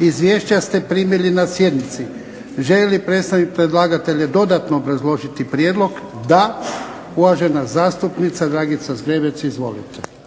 Izvješća ste primili na sjednici. Želi li predstavnik predlagatelja dodatno obrazložiti prijedlog? Da. Uvažena zastupnica Dragica Zgrebec, izvolite.